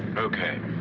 okay.